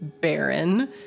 barren